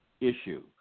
issue